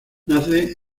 nace